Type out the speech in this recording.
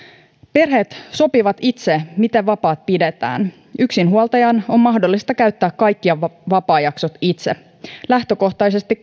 perheet sopivat itse miten vapaat pidetään yksinhuoltajan on mahdollista käyttää kaikki vapaajaksot itse lähtökohtaisesti